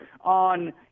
on